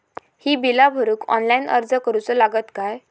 ही बीला भरूक ऑनलाइन अर्ज करूचो लागत काय?